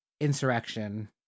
insurrection